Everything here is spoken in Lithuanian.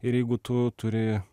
ir jeigu tu turi